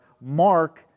Mark